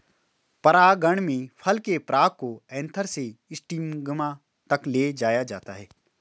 परागण में फल के पराग को एंथर से स्टिग्मा तक ले जाया जाता है